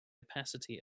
opacity